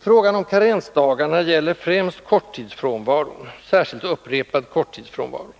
Frågan om karensdagarna gäller främst korttidsfrånvaron, särskilt upprepad korttidsfrånvaro.